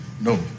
No